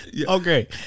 okay